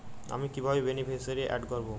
আমি কিভাবে beneficiary add করব?